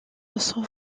sont